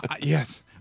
yes